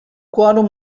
quòrum